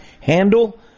handle